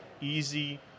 easy